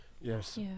Yes